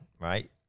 right